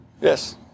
Yes